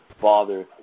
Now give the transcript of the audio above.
father